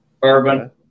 bourbon